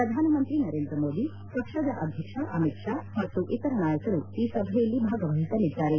ಪ್ರಧಾನ ಮಂತ್ರಿ ನರೇಂದ್ರ ಮೋದಿ ಪಕ್ಷದ ಅಧ್ಯಕ್ಷ ಅಮಿತ್ ಷಾ ಮತ್ತು ಇತರ ನಾಯಕರು ಈ ಸಭೆಯಲ್ಲಿ ಭಾಗವಹಿಸಲಿದ್ದಾರೆ